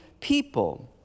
people